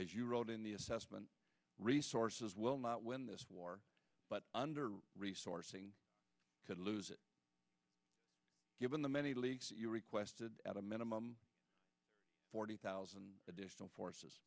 you wrote in the assessment resources will not win this war but under resourcing could lose it given the many leaks you requested at a minimum forty thousand additional forces